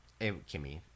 Kimmy